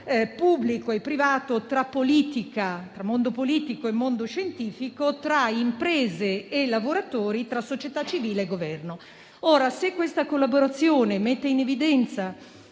pubblico e privato, tra mondo politico e mondo scientifico, tra imprese e lavoratori, tra società civile e Governo. Ora, se questa collaborazione mette in evidenza,